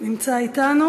ואין מתנגדים.